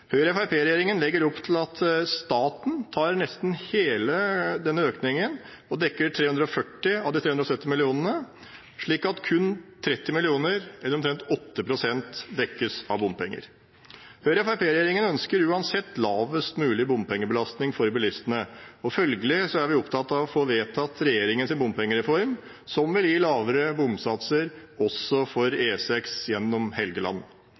legger opp til at staten tar nesten hele den økningen og dekker 340 mill. kr av de 370 millionene, slik at kun 30 mill. kr, eller omtrent 8 pst., dekkes av bompenger. Høyre–Fremskrittsparti-regjeringen ønsker uansett lavest mulig bompengebelastning for bilistene, og følgelig er vi opptatt av å få vedtatt regjeringens bompengereform, som vil gi lavere bomsatser også for E6 gjennom Helgeland.